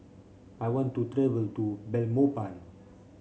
I want to travel to Belmopan